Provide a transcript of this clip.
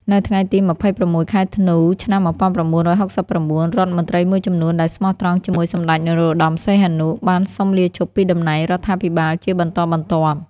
នៅថ្ងៃទី ២៦ ខែធ្នូ ឆ្នាំ ១៩៦៩ រដ្ឋមន្ត្រីមួយចំនួនដែលស្មោះត្រង់ជាមួយសម្ដេចនរោត្តម សីហនុ បានសុំលាឈប់ពីតំណែងរដ្ឋាភិបាលជាបន្តបន្ទាប់។